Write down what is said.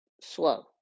Slow